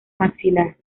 maxilar